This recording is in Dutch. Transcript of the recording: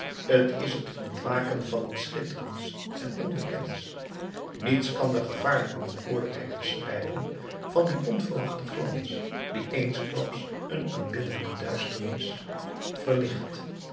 t is het ontwaken van iets schitterends en onbekends niets kan de gevaarlijke bekoorlijkheid beschrijven van dien onverwachten glans die eensklaps een aanbiddelijke duisternis verlicht